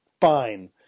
fine